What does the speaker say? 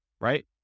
right